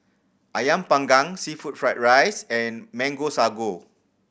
Ayam Panggang seafood fried rice and Mango Sago